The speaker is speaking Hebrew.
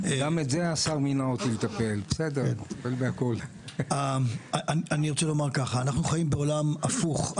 אני רוצה לומר ככה, אנחנו חיים בעולם הפוך.